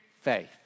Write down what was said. faith